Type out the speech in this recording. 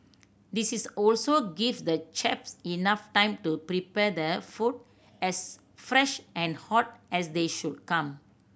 this is also give the chefs enough time to prepare the food as fresh and hot as they should come